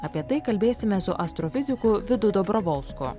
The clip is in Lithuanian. apie tai kalbėsime su astrofiziku vidu dobrovolsku